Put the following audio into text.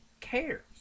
cares